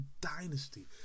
Dynasty